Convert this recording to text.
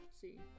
See